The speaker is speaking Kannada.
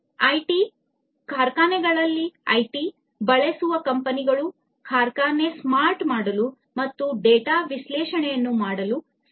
ಐಟಿ ಕಾರ್ಖಾನೆಗಳಲ್ಲಿ ಐಟಿ ಬಳಸುವ ಕಂಪನಿಗಳು ಕಾರ್ಖಾನೆ ಸ್ಮಾರ್ಟ್ ಮಾಡಲು ಮತ್ತು ಡೇಟಾ ವಿಶ್ಲೇಷಣೆಯನ್ನು ಮಾಡಲು ಸಹಾಯ ಮಾಡುತ್ತವೆ